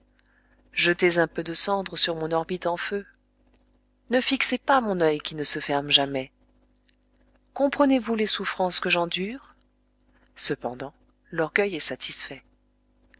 jetez un peu de cendre sur mon orbite en feu ne fixez pas mon oeil qui ne se ferme jamais comprenez-vous les souffrances que j'endure